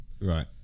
Right